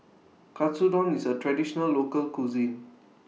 Katsudon IS A Traditional Local Cuisine